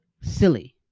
silly